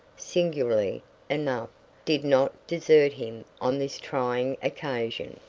singularly enough, did not desert him on this trying occasion.